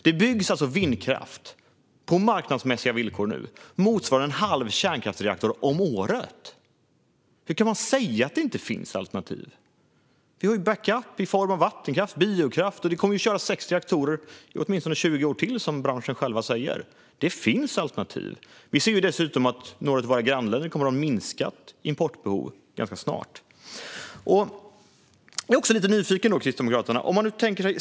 Det byggs nu vindkraft, på marknadsmässiga villkor, som motsvarar en halv kärnkraftsreaktor om året. Hur kan man säga att det inte finns alternativ? Vi har backup i form av vattenkraft och biokraft. Och sex reaktorer kommer att köras i åtminstone 20 år till, som branschen själv säger. Det finns alternativ. Vi ser dessutom att några av våra grannländer kommer att ha ett minskat importbehov ganska snart. Jag är lite nyfiken på hur Kristdemokraterna tänker.